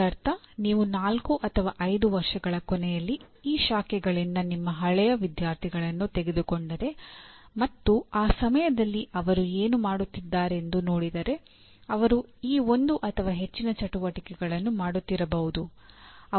ಇದರರ್ಥ ನೀವು ನಾಲ್ಕು ಅಥವಾ ಐದು ವರ್ಷಗಳ ಕೊನೆಯಲ್ಲಿ ಈ ಶಾಖೆಗಳಿಂದ ನಿಮ್ಮ ಹಳೆಯ ವಿದ್ಯಾರ್ಥಿಗಳನ್ನು ತೆಗೆದುಕೊಂಡರೆ ಮತ್ತು ಆ ಸಮಯದಲ್ಲಿ ಅವರು ಏನು ಮಾಡುತ್ತಿದ್ದಾರೆಂದು ನೋಡಿದರೆ ಅವರು ಈ ಒಂದು ಅಥವಾ ಹೆಚ್ಚಿನ ಚಟುವಟಿಕೆಗಳನ್ನು ಮಾಡುತ್ತಿರಬಹುದು